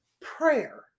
Prayer